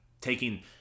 taking